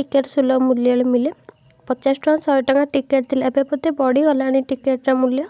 ticket ସୁଲଭ ମୂଲ୍ୟରେ ମିଳେ ପଚାଶଟଙ୍କା ଶହେଟଙ୍କା ଟିକେଟ୍ ଥିଲା ଏବେ ବୋଧେ ବଢ଼ିଗଲାଣି ଟିକେଟ୍ର ମୂଲ୍ୟ